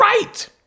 right